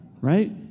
right